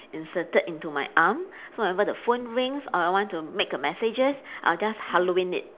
inserted into my arm so whenever the phone rings or I want to make a messages I will just hello in it